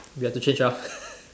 we have to change ah